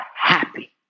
happy